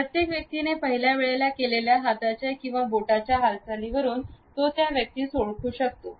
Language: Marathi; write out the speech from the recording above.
प्रत्येक व्यक्तीने पहिल्या वेळेला केलेल्या हाताच्या आणि बोटांच्या हालचालीवरून तो त्या व्यक्तीस ओळखू शकतो